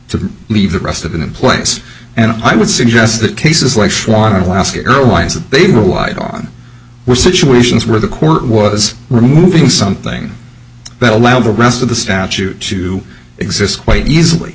to leave the rest of it in place and i would suggest that cases like shawn alaska airlines that they relied on were situations where the court was removing something that allowed the rest of the statute to exist quite easily